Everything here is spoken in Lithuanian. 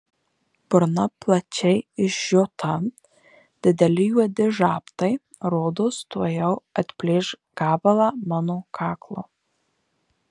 burna plačiai išžiota dideli juodi žabtai rodos tuojau atplėš gabalą mano kaklo